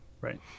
Right